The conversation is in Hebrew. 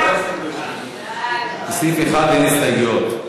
לסעיף 1 אין הסתייגויות.